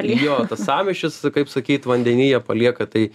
jo tas sąmyšis kaip sakyt vandenyje palieka tai